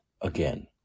again